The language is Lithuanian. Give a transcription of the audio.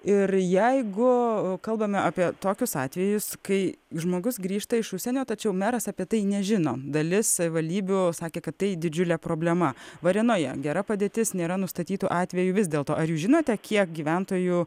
ir jeigu kalbame apie tokius atvejus kai žmogus grįžta iš užsienio tačiau meras apie tai nežino dalis savivaldybių sakė kad tai didžiulė problema varėnoje gera padėtis nėra nustatytų atvejų vis dėlto ar jūs žinote kiek gyventojų